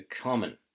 common